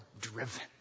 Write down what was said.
driven